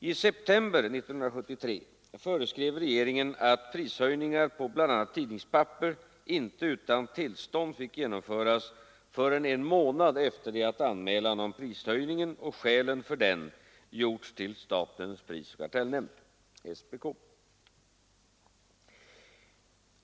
I september 1973 föreskrev regeringen att prishöjningar på bl.a. tidningspapper inte utan tillstånd fick genomföras förrän en månad efter det att anmälan om prishöjningen och skälen för den gjorts till statens prisoch kartellnämnd .